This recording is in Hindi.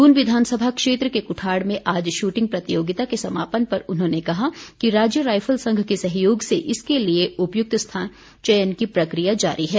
दून विधानसभा क्षेत्र के कुठाड़ में आज शूटिंग प्रतियोगिता के समापन पर उन्होंने कहा कि राज्य राइफल संघ के सहयोग से इसके लिए उपयुक्त स्थान चयन की प्रक्रिया जारी है